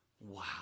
Wow